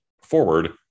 forward